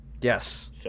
Yes